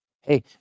Hey